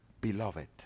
beloved